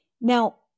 Now